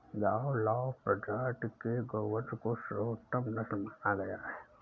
गावलाव प्रजाति के गोवंश को सर्वोत्तम नस्ल माना गया है